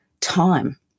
time